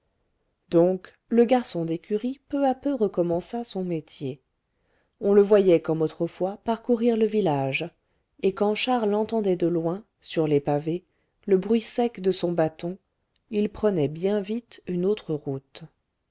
donc le garçon d'écurie peu à peu recommença son métier on le voyait comme autrefois parcourir le village et quand charles entendait de loin sur les pavés le bruit sec de son bâton il prenait bien vite une autre route